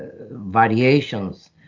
variations